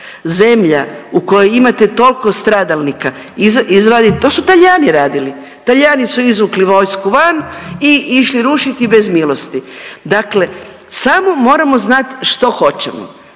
zemlja u kojoj imate toliko stradalnika to su Talijani radili. Talijani su izvukli vojsku van i išli rušiti bez milosti. Dakle, samo moramo znati što hoćemo.